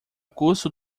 custo